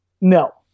No